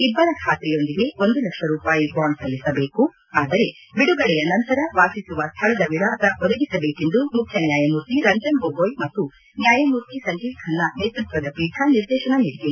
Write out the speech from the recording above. ಇಬ್ಬರ ಖಾತ್ರಿಯೊಂದಿಗೆ ಒಂದು ಲಕ್ಷ ರೂಪಾಯಿ ಬಾಂಡ್ ಸಲ್ಲಿಸಬೇಕು ಆದರೆ ಬಿಡುಗಡೆಯ ನಂತರ ವಾಸಿಸುವ ಸ್ಥಳದ ವಿಳಾಸ ಒದಗಿಸಬೇಕೆಂದು ಮುಖ್ಯ ನ್ವಾಯಮೂರ್ತಿ ರಂಜನ್ ಗೊಗೋಯ್ ಮತ್ತು ನ್ವಾಯಮೂರ್ತಿ ಸಂಜೀವ್ ಖನ್ನ ನೇತೃತ್ವದ ಪೀಠ ನಿರ್ದೇತನ ನೀಡಿದೆ